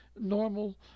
normal